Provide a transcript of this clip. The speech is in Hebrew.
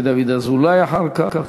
ודוד אזולאי אחר כך.